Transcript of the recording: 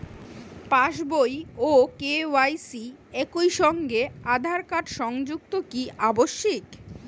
পাশ বই ও কে.ওয়াই.সি একই সঙ্গে আঁধার কার্ড সংযুক্ত কি আবশিক?